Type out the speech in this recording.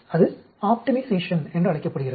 அது ஆப்டிமைசேஷன் என்று அழைக்கப்படுகிறது